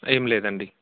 ఏం లేదండి